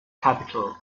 capital